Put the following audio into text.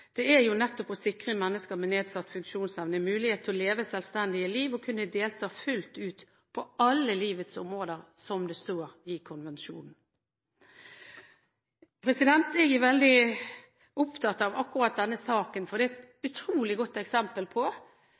FN-konvensjonen er jo nettopp å sikre mennesker med nedsatt funksjonsevne mulighet til å leve selvstendige liv og til å «kunne delta fullt ut på alle livets områder», som det står i konvensjonen. Jeg er veldig opptatt av akkurat denne saken fordi den er et utrolig godt eksempel på